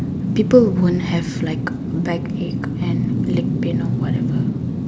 people won't have like backaches and leg pain or whatever